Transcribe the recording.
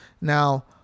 Now